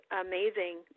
amazing